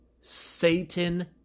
Satan